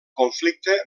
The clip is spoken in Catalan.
conflicte